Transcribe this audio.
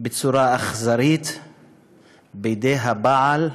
בצורה אכזרית בידי הבעל,